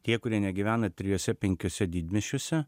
tie kurie negyvena trijuose penkiuose didmiesčiuose